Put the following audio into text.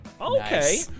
Okay